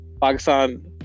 Pakistan